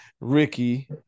Ricky